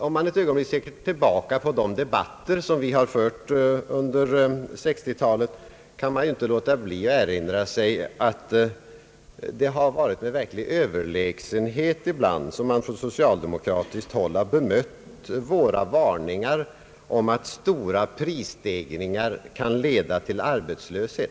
Om man ett ögonblick ser tillbaka på de debatter vi fört under 1900-talet, kan man inte låta bli att erinra sig att socialdemokraterna ibland med en verklig överlägsenhet har bemött våra varningar för att stora prisstegringar kan leda till arbetslöshet.